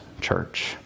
church